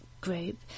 group